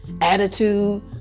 attitude